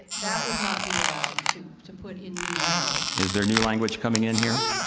that would not be allowed to to put in new language. is there new language coming in here?